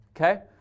okay